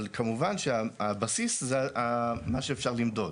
אבל כמובן שהבסיס הוא מה שאפשר למדוד.